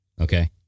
Okay